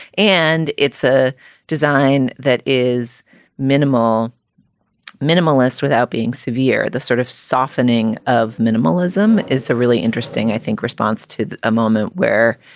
and it's a design that is minimal minimalist without being severe. the sort of softening softening of minimalism is a really interesting, i think, response to a moment where,